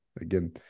again